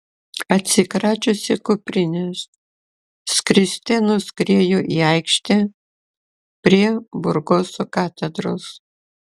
atsikračiusi kuprinės skriste nuskrieju į aikštę prie burgoso katedros